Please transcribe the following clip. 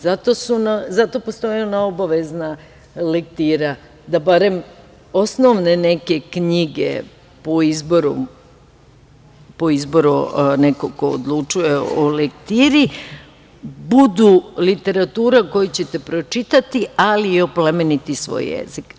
Zato postoji ona obavezna lektira, da barem osnovne neke knjige po izboru nekog ko odlučuje o lektiri, budu literatura koju ćete pročitati, ali i oplemeniti svoj jezik.